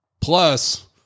plus